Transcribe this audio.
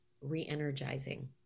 re-energizing